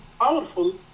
powerful